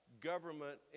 government